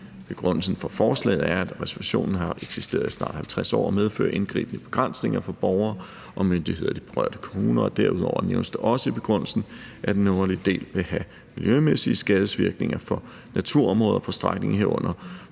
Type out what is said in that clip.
Begrundelsen for forslaget er, at reservationen har eksisteret i snart 50 år og medfører indgribende begrænsninger for borgere og myndigheder i de berørte kommuner. Derudover nævnes der også i begrundelsen, at den nordlige del vil have miljømæssige skadesvirkninger for naturområder på strækningen, herunder